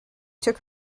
took